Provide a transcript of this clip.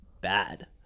bad